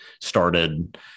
started